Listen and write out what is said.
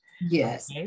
Yes